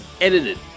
edited